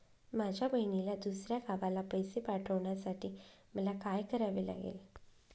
माझ्या बहिणीला दुसऱ्या गावाला पैसे पाठवण्यासाठी मला काय करावे लागेल?